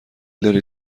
دارید